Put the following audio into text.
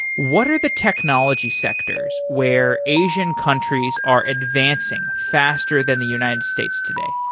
what are the technology sectors where asian countries are advancing faster than the united states today?